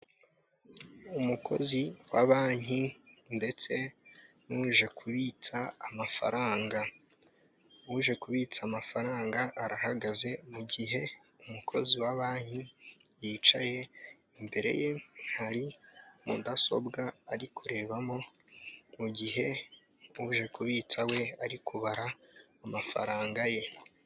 Umukozi wa banki ndetse n'uje kubitsa amafaranga. Uje kubitsa amafaranga arahagaze, mu gihe umukozi wa banki yicaye, imbere ye hari mudasobwa ari kurebamo, mu gihe uje kubitsa we ari kubara amafaranga ye.